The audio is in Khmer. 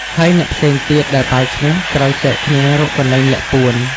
ហើយអ្នកផ្សេងទៀតដែលប៉ាវឈ្នះ ត្រូវចែកគ្នារកកន្លែងលាក់ពួន។